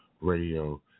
Radio